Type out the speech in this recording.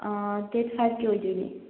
date ꯐꯥꯏꯕꯀꯤ ꯑꯣꯏꯗꯣꯏꯅꯦ